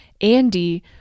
Andy